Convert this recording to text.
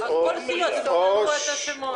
--- אז עם כל סיעה תבררו את השמות.